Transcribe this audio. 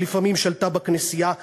שלפעמים שלטה בכנסייה.